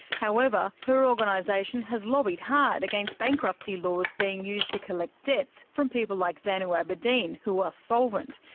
however, her organisation has lobbied hard against bankruptcy laws being used to collect debts from people like zanu aberdeen who are solvent.